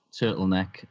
turtleneck